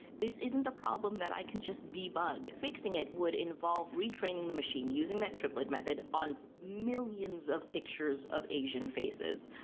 this isn't a problem that i can just debug. fixing it would involve retraining the machine using that triplet method on millions of pictures of asian faces.